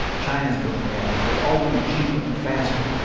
china is building reactors. they're all doing it cheaper and faster.